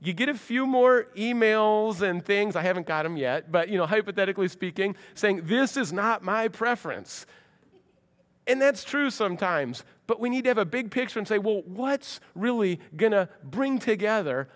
you get a few more e mails and things i haven't got them yet but you know hypothetically speaking saying this is not my preference and that's true sometimes but we need to have a big picture and say well what's really going to bring together